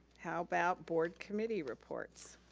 how about board committee reports?